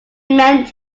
meant